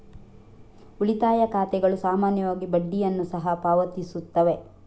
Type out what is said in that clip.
ಉಳಿತಾಯ ಖಾತೆಗಳು ಸಾಮಾನ್ಯವಾಗಿ ಬಡ್ಡಿಯನ್ನು ಸಹ ಪಾವತಿಸುತ್ತವೆ